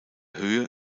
höhe